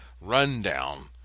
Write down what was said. rundown